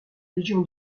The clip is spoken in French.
légion